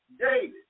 David